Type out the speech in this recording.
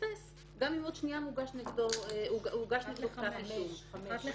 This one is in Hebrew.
אפספס גם אם עוד שנייה מוגש נגדו כתב אישום -- אחת לחמש.